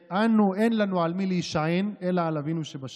ואנו, אין לנו על מי להישען אלא על אבינו שבשמיים.